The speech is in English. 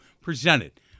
presented